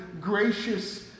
gracious